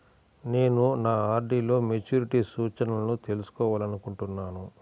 నేను నా ఆర్.డీ లో మెచ్యూరిటీ సూచనలను తెలుసుకోవాలనుకుంటున్నాను